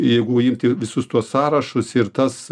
jeigu imti visus tuos sąrašus ir tas